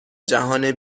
جهان